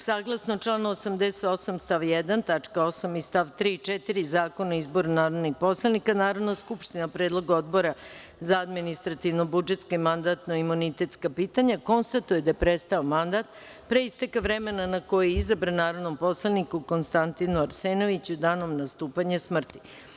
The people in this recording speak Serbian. Saglasno članu 88. stav 1. tačka 8) i stav 3. i 4. Zakona o izboru narodnih poslanika, Narodna skupština predlog Odbora za administrativno-budžetska i mandatsko-imunitetska pitanja Narodne skupštine konstatuje da je prestao mandat pre isteka vremena na koji je izabran, narodnom poslaniku Konstantinu Arsenoviću, danom nastupanja smrti.